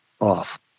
off